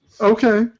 Okay